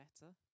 better